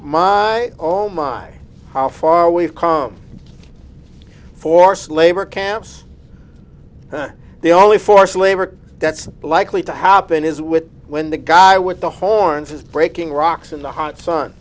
my oh my how far we've com forced labor camps the only forced labor that's likely to happen is with when the guy with the horns is breaking rocks in the hot sun